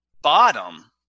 bottom